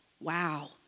Wow